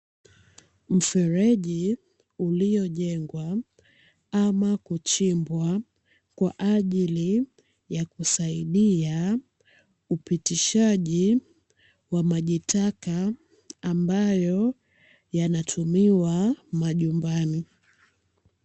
Mfereji uliyojengwa ama kuchimbwa kwa ajili ya kusaidia upitishaji wa maji taka ambayo yanatumiwa majumbani.